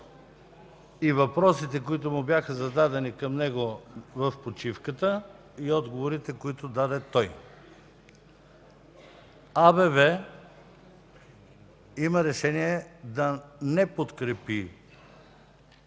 и въпросите, които му бяха зададени в почивката, и отговорите, които той даде. АБВ има решение да не подкрепи